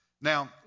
Now